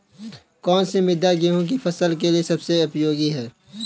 कौन सी मृदा गेहूँ की फसल के लिए सबसे उपयोगी है?